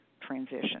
transition